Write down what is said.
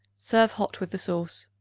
serve hot with the sauce.